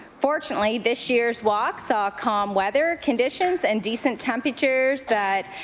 fortunately this year's walk saw calm weather conditions and decent temperatures that